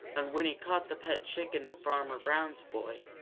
and when he caught the pet chicken of farmer brown's boy,